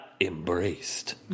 embraced